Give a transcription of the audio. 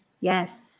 Yes